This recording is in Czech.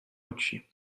oči